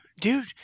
dude